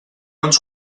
uns